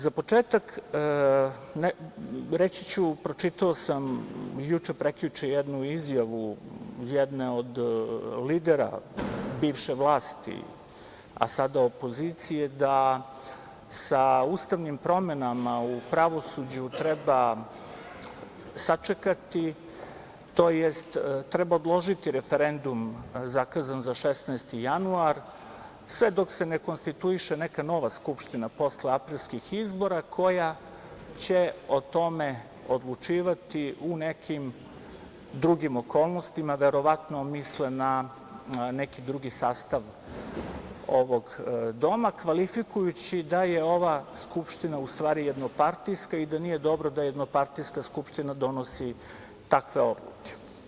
Za početak reći ću da sam pročitao juče, prekjuče jednu izjavu jedne od lidera bivše vlasti, a sada opozicije, da sa ustavnim promenama u pravosuđu treba sačekati, tj. treba odložiti referendum zakazan za 16. januar, sve dok se ne konstituiše neka nova Skupština posle aprilskih izbora koja će o tome odlučivati u nekim drugim okolnostima, verovatno misle na neki drugi sastav ovog doma kvalifikujući da je ova Skupština u stvari jednopartijska i da nije dobro da jednopartijska Skupština donosi takve odluke.